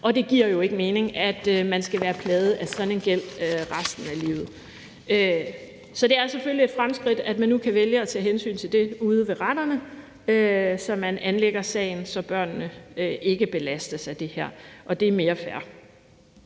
og det giver jo ikke mening, at man skal være plaget af sådan en gæld resten af livet. Så det er selvfølgelig et fremskridt, at man nu kan vælge at tage hensyn til det ude ved retterne, så man anlægger sagen, så børnene ikke belastes af det her. Det er mere fair.